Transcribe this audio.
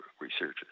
researchers